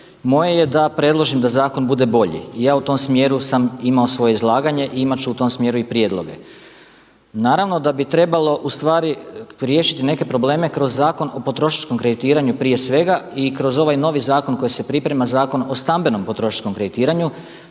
moje je da predložim da zakon bude bolji i ja u tom smjeru sam imao svoje izlaganje i imati ću u tom smjeru i prijedloge. Naravno da bi trebalo, ustvari riješiti neke probleme kroz Zakon o potrošačkom kreditiranju prije svega i kroz ovaj novi zakon koji se priprema Zakon o stambenom potrošačkom kreditiranju.